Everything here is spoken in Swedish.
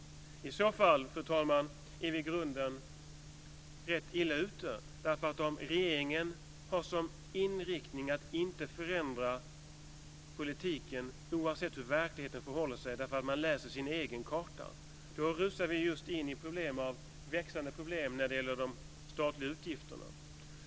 I så fall, fru talman, är vi i grunden rätt illa ute. Om regeringen har som inriktning att inte förändra politiken oavsett hur verkligheten förhåller sig, därför att man läser sin egen karta, rusar vi in i växande problem i de statliga utgifterna.